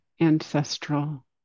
ancestral